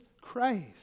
Christ